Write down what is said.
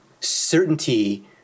certainty